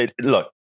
look